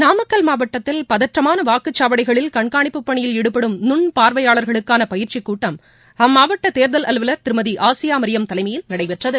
நாமக்கல் மாவட்டத்தில் பதற்றமான வாக்குச்சாவடிகளில் கண்காணிப்புப்பணியில் ஈடுபடும் நுண் பார்வையாளர்களுக்கான பயிற்சிக்கூட்டம் அம்மாவட்ட தேர்தல் அலுவலர் திருமதி ஆசியா மரியம் தலைமையில் நடைபெற்றது